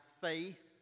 faith